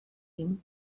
him